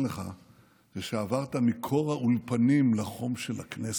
לך היא שעברת מקור האולפנים לחום של הכנסת,